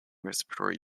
respiratory